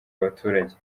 abaturage